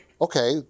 okay